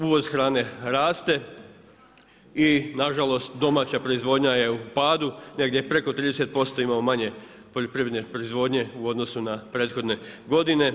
Uvoz hrane raste i nažalost domaća proizvodnja je u padu, negdje preko 30% imamo manje poljoprivredne proizvodnje u odnosu na prethodne godine.